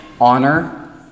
honor